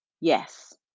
Yes